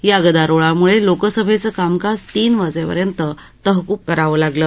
या गदारोळामुळे लोकसभेचं कामकाज तीन वाजेपर्यंत तहक्ब करावं लागलं